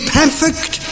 perfect